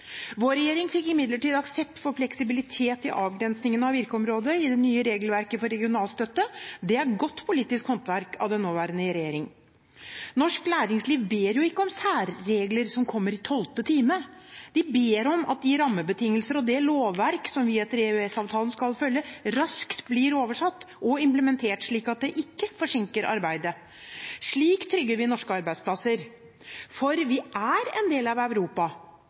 Vår regjering fikk imidlertid aksept for fleksibilitet i avgrensningen av virkeområdet i det nye regelverket for regionalstøtte. Det er godt politisk håndverk av den nåværende regjering. Norsk næringsliv ber ikke om særregler som kommer i tolvte time. De ber om at de rammebetingelser og det lovverk som vi etter EØS-avtalen skal følge, raskt blir oversatt og implementert, slik at det ikke forsinker arbeidet. Slik trygger vi norske arbeidsplasser, for vi er en del av Europa.